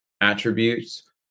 attributes